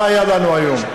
מה היה לנו היום?